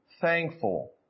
thankful